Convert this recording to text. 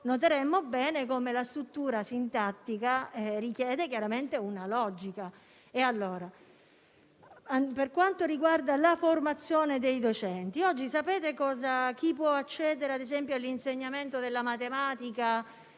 per notare come la struttura sintattica chiaramente richieda una logica. Per quanto riguarda la formazione dei docenti, oggi sapete chi può accedere, ad esempio, all'insegnamento della matematica